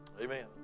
Amen